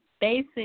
basic